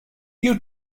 you